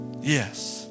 yes